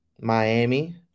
Miami